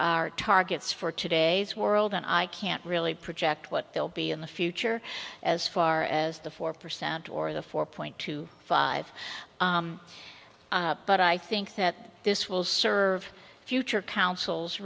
targets for today's world and i can't really project what they'll be in the future as far as the four percent or the four point two five but i think that this will serve future council